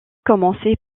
commençaient